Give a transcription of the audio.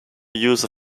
views